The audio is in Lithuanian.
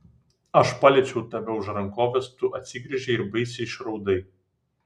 aš paliečiau tave už rankovės tu atsigręžei ir baisiai išraudai